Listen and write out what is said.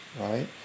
right